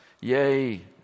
yay